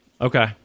Okay